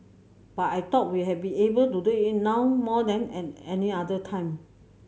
but I thought we had be able to do it now more than at any other time